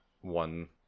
one